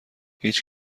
هیچ